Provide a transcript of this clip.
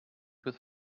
with